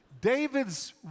David's